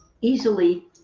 easily